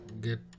get